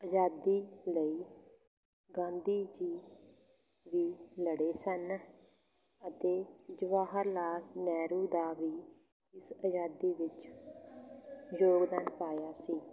ਆਜ਼ਾਦੀ ਲਈ ਗਾਂਧੀ ਜੀ ਵੀ ਲੜੇ ਸਨ ਅਤੇ ਜਵਾਹਰ ਲਾਲ ਨਹਿਰੂ ਦਾ ਵੀ ਇਸ ਆਜ਼ਾਦੀ ਵਿੱਚ ਯੋਗਦਾਨ ਪਾਇਆ ਸੀ